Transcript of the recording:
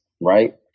right